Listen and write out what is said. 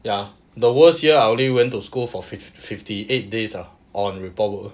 ya the worst year I only went to school for fif~ fifty eight days ah on the report book